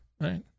right